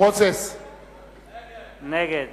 נגד